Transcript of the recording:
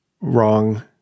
wrong